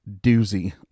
doozy